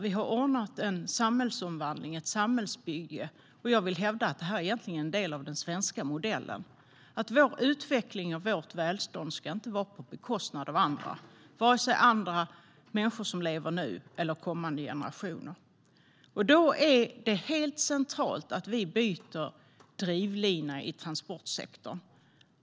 Vi har ordnat en samhällsomvandling och ett samhällsbygge, och jag vill hävda att detta egentligen är en del av den svenska modellen. Utvecklingen av vårt välstånd ska inte ske på bekostnad av andra, vare sig människor som lever nu eller kommande generationer. Då är det helt centralt att vi byter drivlina i transportsektorn.